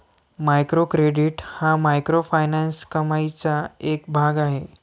micro credit हा microfinance कमाईचा एक भाग आहे